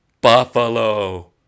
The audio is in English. Buffalo